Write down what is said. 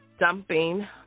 dumping